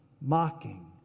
mocking